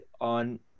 on